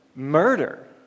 murder